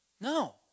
No